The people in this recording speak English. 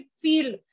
feel